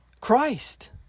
Christ